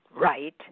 right